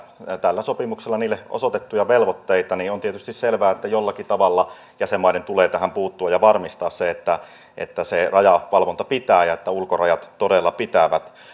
tällä sopimuksella maille osoitettuja velvoitteita on tietysti selvää että jollakin tavalla jäsenmaiden tulee tähän puuttua ja varmistaa että että se rajavalvonta pitää ja että ulkorajat todella pitävät